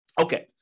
Okay